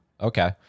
Okay